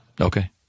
okay